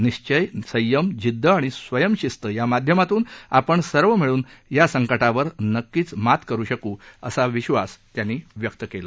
निश्वय संयम जिद्द अणि स्वयंम शिस्त या माध्यमातून आपण सर्व मिळून या संकटावर नक्कीच मात करु असा विश्वास त्यांनी व्यक्त केला